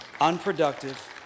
Unproductive